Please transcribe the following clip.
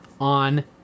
on